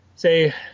say